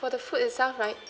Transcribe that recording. for the food itself right